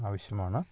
ആവശ്യമാണ്